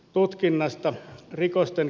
tutkinnasta rikosten